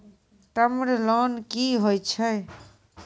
Term loan कि होय छै?